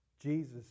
Jesus